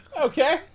Okay